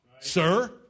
sir